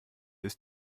ist